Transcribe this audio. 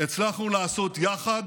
הצלחנו לעשות יחד